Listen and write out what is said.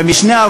במשנה,